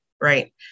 Right